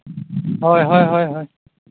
ᱦᱳᱭ ᱦᱳᱭ ᱦᱳᱭ